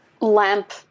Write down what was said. lamp